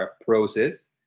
process